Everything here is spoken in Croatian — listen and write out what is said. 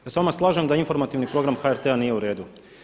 Ja se s vama slažem da informativni program HRT-a nije u redu.